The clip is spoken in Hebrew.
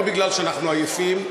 לא מפני שאנחנו עייפים,